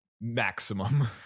Maximum